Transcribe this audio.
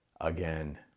again